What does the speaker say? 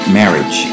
marriage